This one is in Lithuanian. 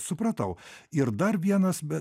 supratau ir dar vienas bet